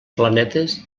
planetes